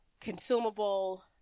consumable